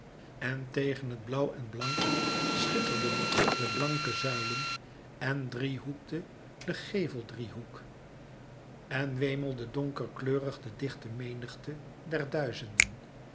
en tegen het blauwen blank schitterden de blanke zuilen en driehoekte de geveldriehoek en wemelde donkerkleurig de dichte menigte der duizenden